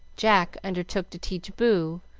jack undertook to teach boo,